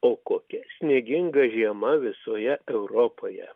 o kokia snieginga žiema visoje europoje